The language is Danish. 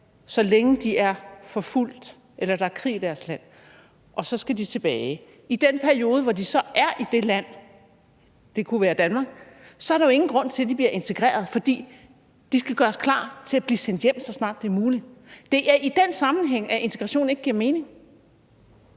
så længe de er forfulgt eller der er krig i deres land, og at de så skal tilbage. I den periode, hvor de så er i det land – det kunne være i Danmark – så er der jo ingen grund til, at de bliver integreret. For de skal gøres klar til at blive sendt hjem, så snart det er muligt, og det er i den sammenhæng, at integrationen ikke giver mening.